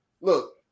look